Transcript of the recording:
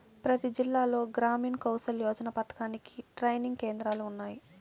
ప్రతి జిల్లాలో గ్రామీణ్ కౌసల్ యోజన పథకానికి ట్రైనింగ్ కేంద్రాలు ఉన్నాయి